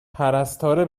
پرستاره